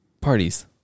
parties